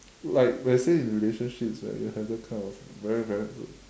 like we're still in relationships where we'll have that kind of very very good